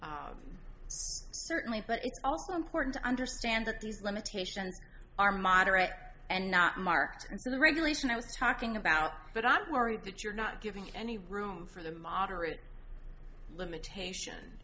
factually certainly but it's also important to understand that these limitations are moderate and not marked in the regulation i was talking about but i'm worried that you're not giving any room for the moderate limitation